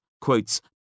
quotes